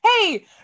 hey